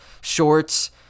shorts